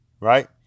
Right